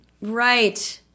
Right